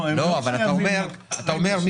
אתה אומר,